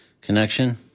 connection